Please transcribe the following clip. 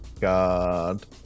God